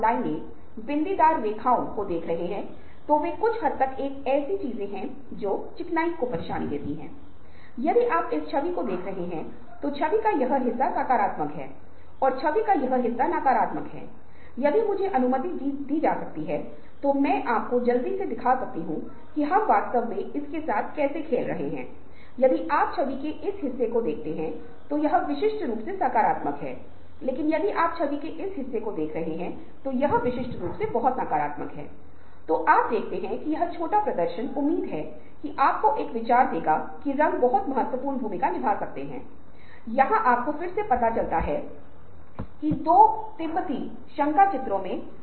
इसे ऊष्मायन कहा जाता है और यह वह अवस्था होती है जहाँ पर ओवरट गतिविधि का अभाव होता है लेकिन एक बार जब आप विचार डालते हैं या अपने मस्तिष्क में विचारों को बुक करते हैं तो समस्या को अनजाने में ही हल कर लिया जाता है